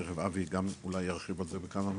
תיכף אבי אולי ירחיב על זה כמה מילים,